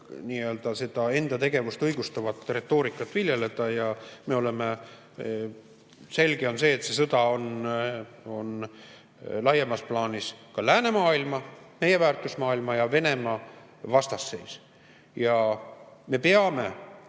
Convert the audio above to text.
seda enda tegevust õigustavat retoorikat viljeleda. Selge on see, et see sõda on laiemas plaanis ka läänemaailma, meie väärtusmaailma ja Venemaa vastasseis. Me peame